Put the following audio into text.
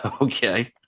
Okay